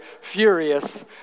furious